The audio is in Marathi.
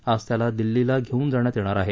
आज त्याला दिल्लीला घेवून जाण्यात येणार आहे